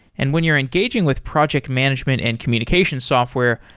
and when you're engaging with project management and communication software,